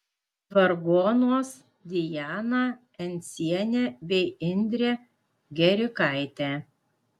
vargonuos diana encienė bei indrė gerikaitė